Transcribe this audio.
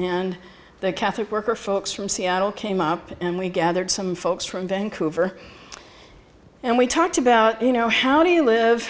and the catholic worker folks from seattle came up and we gathered some folks from vancouver and we talked about you know how do you live